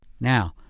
Now